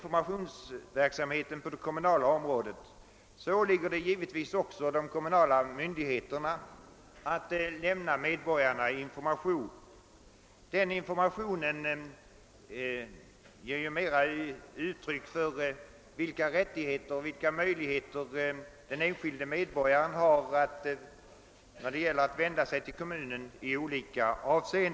Givetvis åligger det de kommunala myndigheterna att lämna medborgarna information, främst om vilka rättigheter och möjligheter den enskilde medborgaren har att vända sig till kommunen i olika frågor.